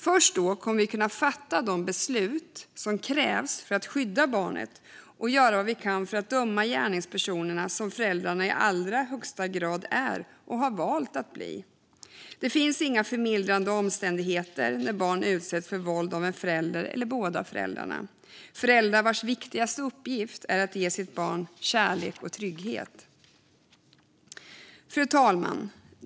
Först då kommer vi att kunna fatta de beslut som krävs för att skydda barnet och göra vad vi kan för att döma gärningspersonerna, som föräldrarna i allra högsta grad är och har valt att bli. Det finns inga förmildrande omständigheter när barn utsätts för våld av en förälder eller båda föräldrarna, föräldrar vars viktigaste uppgift är att ge sitt barn kärlek och trygghet. Fru talman!